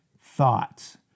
Thoughts